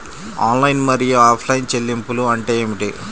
Online మరియు offline చెల్లింపులు అంటే ఏమిటి?